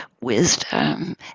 wisdom